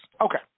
Okay